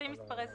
לפי מספרי זהות.